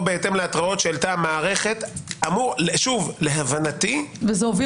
בהתאם להתראות שהעלתה המערכת אמור להבנתי- -- אני מוכן